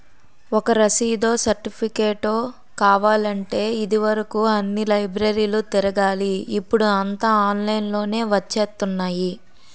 ఒక రసీదో, సెర్టిఫికేటో కావాలంటే ఇది వరుకు అన్ని లైబ్రరీలు తిరగాలి ఇప్పుడూ అంతా ఆన్లైన్ లోనే వచ్చేత్తున్నాయి